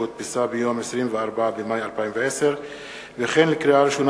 שהודפסה ב-24 במאי 2010. לקריאה ראשונה,